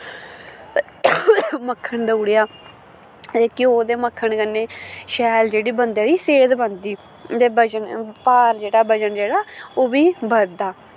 मक्खन देउड़ेआ घ्यो ते मक्खन कन्नै शैल जेह्ड़ी बंदे दी सेह्त बनदी ते वजन भार जेह्ड़ा वजन जेह्ड़ा ओह् बी बधदा